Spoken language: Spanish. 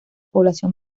población